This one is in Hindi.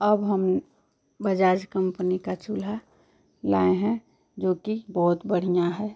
अब हम बजाज कंपनी का चूल्हा लाए हैं जो कि बहुत बढ़िया है